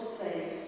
place